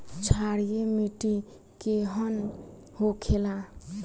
क्षारीय मिट्टी केहन होखेला?